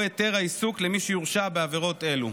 היתר העיסוק למי שיורשע בעבירות אלו.